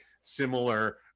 similar